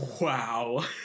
Wow